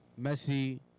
Messi